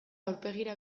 aurpegira